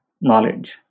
knowledge